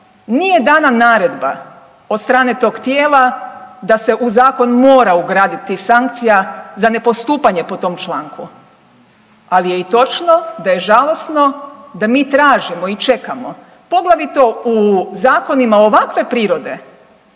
nije dana naredba od strane tog tijela da se u zakon mora ugraditi sankcija za ne postupanje po tom članku, ali je i točno da je žalosno da mi tražimo i čekamo poglavito u zakonima ovakve prirode